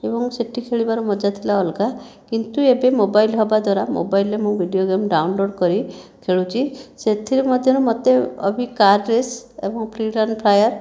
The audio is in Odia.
ଏବଂ ସେଠି ଖେଳିବାର ମଜା ଥିଲା ଅଲଗା କିନ୍ତୁ ଏବେ ମୋବାଇଲ୍ ହେବା ଦ୍ୱାରା ମୋବାଇଲ୍ରେ ମୁଁ ଭିଡିଓ ଗେମ୍ ଡାଉନଲୋଡ୍ କରି ଖେଳୁଛି ସେଥିରେ ମଧ୍ୟ ମୋତେ ଅଭି କାର୍ ରେସ୍ ଏବଂ ଫ୍ରିଡମ୍ ଫାୟାର